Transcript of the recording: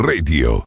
Radio